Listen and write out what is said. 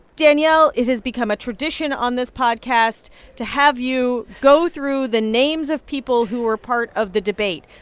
danielle, it has become a tradition on this podcast to have you go through the names of people who were part of the debate.